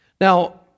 Now